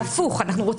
זה מאד דומה להלבנת הון.